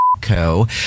Co